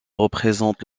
représente